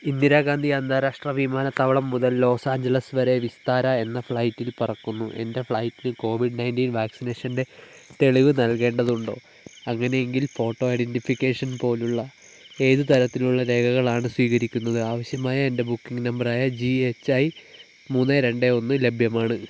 ഇന്ദിരാഗാന്ധി അന്താരാഷ്ട്ര വിമാനത്താവളം മുതൽ ലോസ് ആഞ്ചലസ് വരെ വിസ്താര എന്ന ഫ്ലൈറ്റിൽ പറക്കുന്നു എൻ്റെ ഫ്ലൈറ്റിന് കോവിഡ് നയൻ്റീൻ വാക്സിനേഷൻ്റെ തെളിവ് നൽകേണ്ടതുണ്ടോ അങ്ങനെയെങ്കിൽ ഫോട്ടോ ഐഡൻ്റിഫിക്കേഷൻ പോലുള്ള ഏത് തരത്തിലുള്ള രേഖകൾ ആണ് സ്വീകരിക്കുന്നത് ആവശ്യമായ എൻ്റെ ബുക്കിംഗ് നമ്പറായ ജി എച്ച് ഐ മൂന്ന് രണ്ട് ഒന്ന് ലഭ്യമാണ്